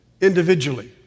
individually